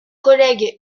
collègue